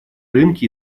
рынки